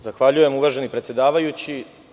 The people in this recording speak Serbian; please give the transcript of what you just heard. Zahvaljujem uvaženi predsedavajući.